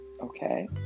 okay